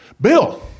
Bill